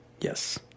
yes